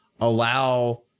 allow